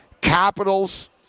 Capitals